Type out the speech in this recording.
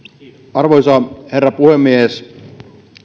arvoisa herra puhemies